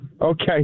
Okay